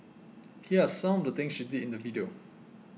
here are some of the things she did in the video